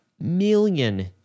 million